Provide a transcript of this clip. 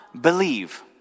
believe